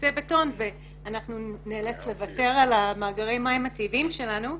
מכוסה בטון ואנחנו נאלץ לוותר על מאגרי המים הטבעיים שלנו.